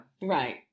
Right